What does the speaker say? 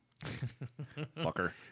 Fucker